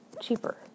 cheaper